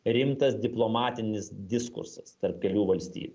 rimtas diplomatinis diskursas tarp kelių valstybių